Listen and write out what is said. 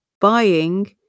buying